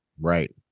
Right